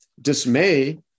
dismay